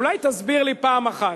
אולי תסביר לי פעם אחת.